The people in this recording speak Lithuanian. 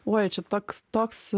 uoj čia toks toks